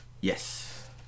Yes